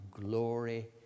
glory